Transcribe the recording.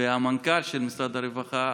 ולמנכ"ל משרד הרווחה